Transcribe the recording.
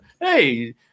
hey